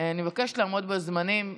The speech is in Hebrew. אני מבקשת לעמוד בזמנים,